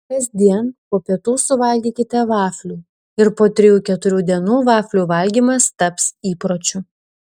kasdien po pietų suvalgykite vaflių ir po trijų keturių dienų vaflių valgymas taps įpročiu